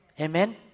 Amen